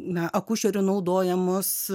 na akušerio naudojamus